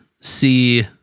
see